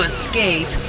Escape